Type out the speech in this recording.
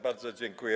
Bardzo dziękuję.